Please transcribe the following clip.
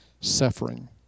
suffering